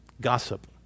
Gossip